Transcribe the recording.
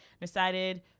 Decided